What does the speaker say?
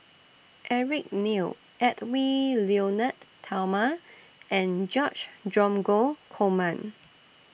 Eric Neo Edwy Lyonet Talma and George Dromgold Coleman